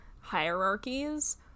hierarchies